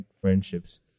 friendships